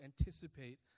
anticipate